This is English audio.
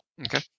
Okay